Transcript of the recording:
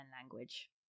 language